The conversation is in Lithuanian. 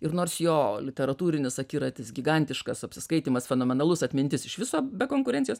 ir nors jo literatūrinis akiratis gigantiškas apsiskaitymas fenomenalus atmintis iš viso be konkurencijos